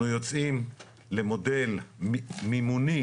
אנחנו יוצאים למודל מימוני,